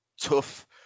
tough